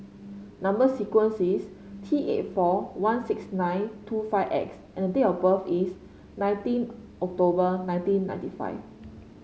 number sequence is T eight four one six nine two five X and date of birth is nineteen October nineteen ninety five